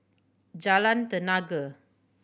Jalan Tenaga